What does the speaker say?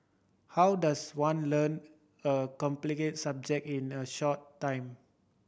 how does one learn a complicated subject in a short time